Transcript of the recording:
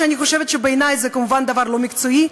אף שאני חושבת שבעיני זה כמובן דבר לא מקצועי,